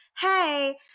hey